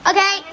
Okay